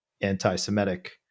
anti-Semitic